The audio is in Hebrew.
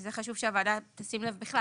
לזה חשוב שהוועדה תשים בכלל,